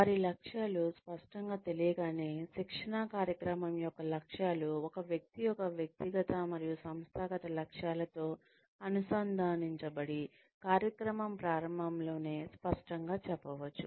వారి లక్ష్యాలు స్పష్టంగా తెలియగానే శిక్షణా కార్యక్రమం యొక్క లక్ష్యాలు ఒక వ్యక్తి యొక్క వ్యక్తిగత మరియు సంస్థాగత లక్ష్యాలతో అనుసంధానించబడి కార్యక్రమం ప్రారంభంలోనే స్పష్టంగా చెప్పవచ్చు